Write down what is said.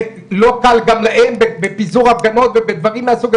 לא קל גם להם בפיזור הפגנות ובדברים מהסוג,